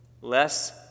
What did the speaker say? Less